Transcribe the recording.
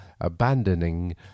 abandoning